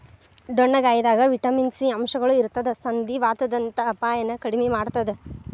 ಡೊಣ್ಣಗಾಯಿದಾಗ vitamin C ಅಂಶಗಳು ಇರತ್ತದ ಸಂಧಿವಾತದಂತ ಅಪಾಯನು ಕಡಿಮಿ ಮಾಡತ್ತದ